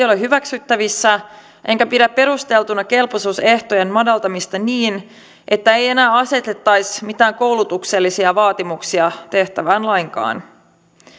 ole hyväksyttävissä enkä pidä perusteltuna kelpoisuusehtojen madaltamista niin että ei enää asetettaisi mitään koulutuksellisia vaatimuksia tehtävään lainkaan